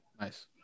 Nice